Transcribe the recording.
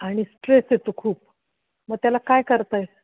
आणि स्ट्रेस येतो खूप मग त्याला काय करताय